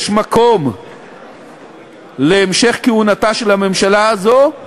יש מקום להמשך כהונתה של הממשלה הזו,